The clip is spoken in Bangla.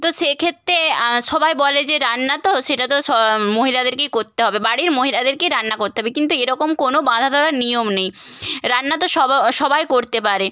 তো সেক্ষেত্রে সবাই বলে যে রান্না তো সেটা তো মহিলাদেরকেই করতে হবে বাড়ির মহিলাদেরকেই রান্না করতে হবে কিন্তু এরকম কোনো বাঁধাধরা নিয়ম নেই রান্না তো সবাই করতে পারে